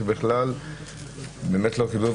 שבכלל לא קיבלו,